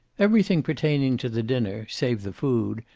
everything pertaining to the dinner, save the food,